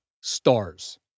stars